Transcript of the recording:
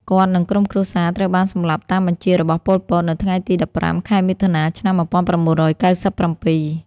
គាត់ និងក្រុមគ្រួសារត្រូវបានសម្លាប់តាមបញ្ជារបស់ ប៉ុល ពត នៅថ្ងៃទី១៥ ខែមិថុនា ឆ្នាំ១៩៩៧។